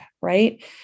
right